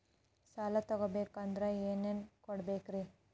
ಸಾಲ ತೊಗೋಬೇಕಂದ್ರ ಏನೇನ್ ಕೊಡಬೇಕ್ರಿ?